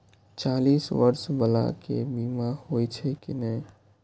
चालीस बर्ष बाला के बीमा होई छै कि नहिं?